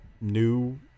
New